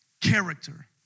character